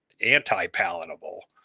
anti-palatable